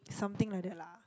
something like that lah